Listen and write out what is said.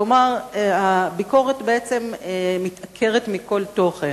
כלומר, הביקורת מתעקרת מכל תוכן.